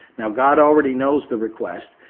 now god already knows the request,